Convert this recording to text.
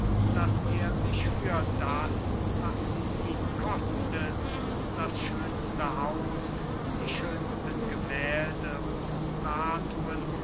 daß er sich für das was sie ihn kostet das schönste haus die schönsten gemählde und statuen